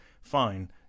fine